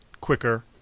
Quicker